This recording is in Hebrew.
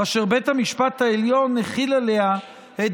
ואשר בית המשפט העליון החיל עליה את